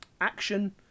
action